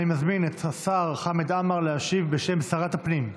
אני מזמין את השר חמד עמאר להשיב בשם שרת הפנים,